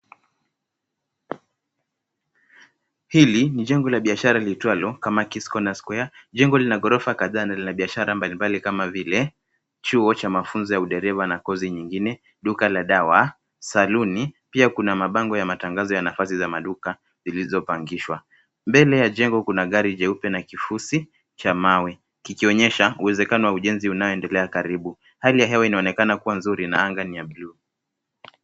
Hili ni jengo la biashara litwalo Kamakis corner square . Jengo lina ghorofa kadhaa na lina biashara mbalimbali kama vile chuo cha mafunzo wa udereva na kozi nyingine, duka la dawa, saluni pia kuna mabango ya matangazo ya nafasi za duka zilizopangishwa. Mbele ya jengo kuna gari jeupe na kifusi cha mawe, kikionyesha uwezekano wa ujenzi unaoendelea karibu. Hali ya hewa inaonekana kuwa nzuri na anga ni ya bluu.